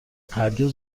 هرگز